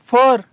Four